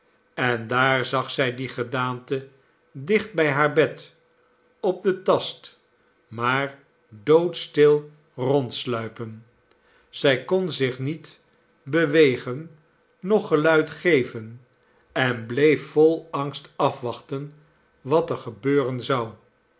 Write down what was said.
en daar zag zij die gedaante dicht bij haar bed op den tast maar doodstil rondsluipen zij kon zich niet bewegen noch geluid geven en bleef vol angst afwachten wat er gebeuren zou